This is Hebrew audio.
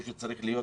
הוא שצריך להיות,